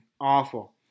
awful